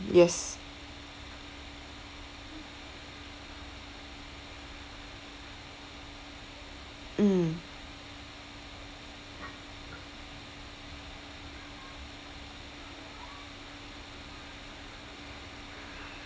yes mm